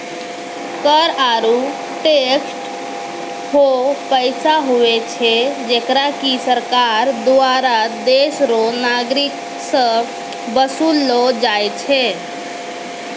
कर आरू टैक्स हौ पैसा हुवै छै जेकरा की सरकार दुआरा देस रो नागरिक सं बसूल लो जाय छै